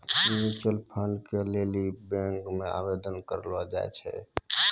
mutual fund के लेली bank मे आवेदन करलो जाय छै